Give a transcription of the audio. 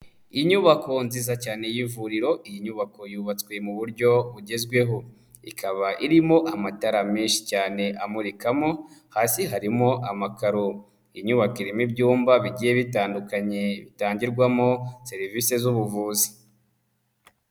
Inyubako nziza cyane y'ivuriro, iyi nyubako yubatswe mu buryo bugezweho, ikaba irimo amatara menshi cyane amurikamo, hasi harimo amakaro. Inyubako irimo ibyumba bigiye bitandukanye bitangirwamo serivisi z'ubuvuzi.